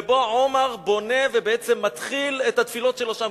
ובו עומר בונה ובעצם מתחיל את התפילות שלו שם,